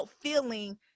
feeling